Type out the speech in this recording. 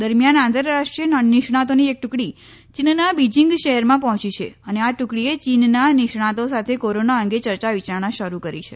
દરમિયાન આંતરરાષ્ટ્રીય નિષ્ણાતોની એક ટુકડી ચીનના બિજિંગ શહેરમાં પહોંચી છે અને આ ટુકડીએ ચીનના નિષ્ણાતો સાથે કોરોના અંગે યર્ચા વિચારણા શરૂ કરી છે